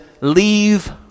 leave